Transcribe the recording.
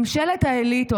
ממשלת האליטות,